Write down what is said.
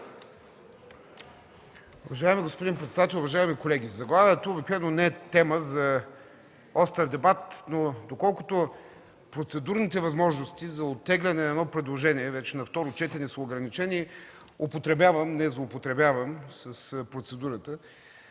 Уважаеми господин председател, уважаеми колеги! Обикновено заглавието не е тема за остър дебат, но доколкото процедурните възможности за оттегляне на едно предложение на второ четене са ограничени, употребявам, а не злоупотребявам с процедурата,